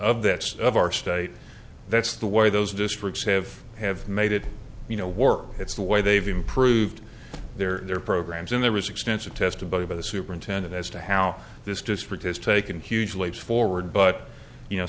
state of our state that's the way those districts have have made it you know work it's the way they've improved their their programs and there is extensive testing of the superintendent as to how this district has taken huge leaps forward but you know